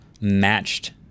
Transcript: matched